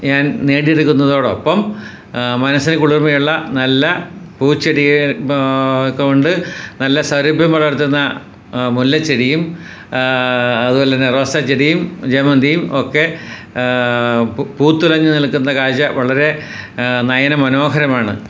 ഞാൻ നേടിയെടുക്കുന്നതോടൊപ്പം മനസ്സിന് കുളിർമയുള്ള നല്ല പൂച്ചെടികൾ ബാ കൊണ്ട് നല്ല സൗരഭ്യം വളർത്തുന്ന മുല്ലച്ചെടിയും അതുപോലെ തന്നെ റോസാച്ചെടിയും ജെമന്തിയും ഒക്കെ പു പൂത്തുലഞ്ഞു നിൽക്കുന്ന കാഴ്ച വളരെ നയന മനോഹരമാണ്